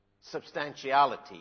substantiality